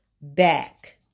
back